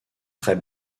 très